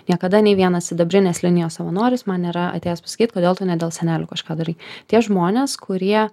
niekada nei vienas sidabrinės linijos savanoris man nėra atėjęs pasakyt kodėl tu ne dėl senelių kažką darai tie žmonės kurie